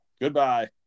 Goodbye